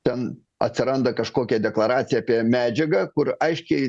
ten atsiranda kažkokia deklaracija apie medžiagą kur aiškiai